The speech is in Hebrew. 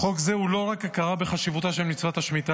חוק זה הוא לא רק הכרה בחשיבותה של מצוות השמיטה,